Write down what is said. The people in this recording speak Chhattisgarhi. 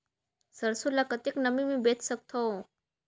सरसो ल कतेक नमी मे बेच सकथव?